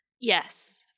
Yes